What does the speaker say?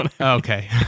okay